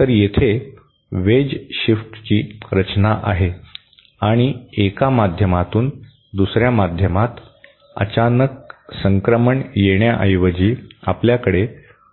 तर येथे वेज शिफ्टची रचना आहे आणि एका माध्यमातून दुसर्या माध्यमात अचानक संक्रमण येण्याऐवजी आपल्याकडे